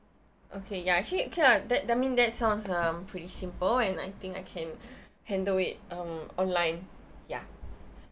okay ya actually okay lah that I mean that sounds um pretty simple and I think I can handle it um online ya